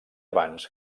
abans